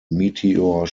meteor